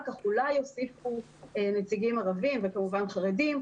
כך אולי יוסיפו נציגים ערבים וכמובן חרדים,